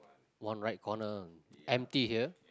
one right corner empty here